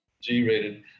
G-rated